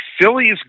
Philly's